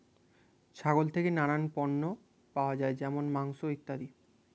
ছাগল থেকে নানা পণ্য পাওয়া যায় যেমন মাংস, ইত্যাদি